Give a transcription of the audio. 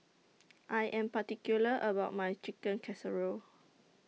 I Am particular about My Chicken Casserole